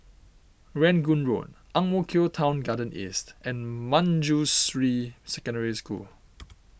Rangoon Road Ang Mo Kio Town Garden East and Manjusri Secondary School